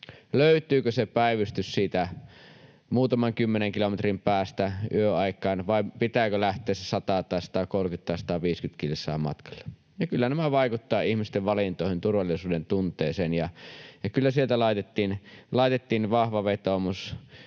Löytyykö se päivystys siitä muutaman kymmenen kilometrin päästä yöaikaan, vai pitääkö lähteä sille 100 tai 130 tai 150 kilsan matkalle. Kyllä nämä vaikuttavat ihmisten valintoihin ja turvallisuudentunteeseen. Kyllä sieltä laitettiin vahva vetoomus